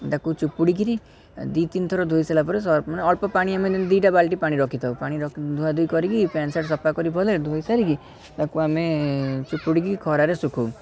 ତାକୁ ଚିପୁଡ଼ିକିରି ଦୁଇ ତିନି ଥର ଧୋଇ ସାରିଲା ପରେ ସର୍ଫ ମାନେ ଅଳ୍ପ ପାଣି ଏମିତି ଦୁଇଟା ବାଲଟି ପାଣି ରଖିଥାଉ ପାଣି ରଖି ଧୁଆ ଧୁଇ କରିକି ପ୍ୟାଣ୍ଟ ସାର୍ଟ୍ ସଫା କରି ପରେ ଧୋଇ ସାରିକି ତାକୁ ଆମେ ଚିପୁଡ଼ିକି ଖରାରେ ଶୁଖଉ